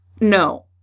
No